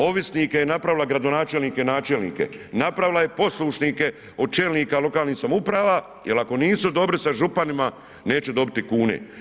Ovisnike je napravila gradonačelnike i načelnike, napravila je poslušnike od čelnika lokalnih samouprava jer ako nisu dobri sa županima neće dobiti kune.